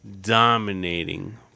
dominating